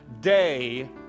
day